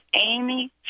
Amy